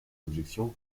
objections